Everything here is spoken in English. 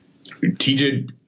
TJ